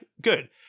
good